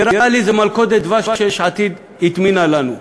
אמרתי לחברים שלי שנראה לי שזאת מלכודת דבש שיש עתיד הטמינה לנו.